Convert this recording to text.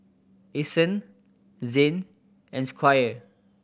Ason Zane and Squire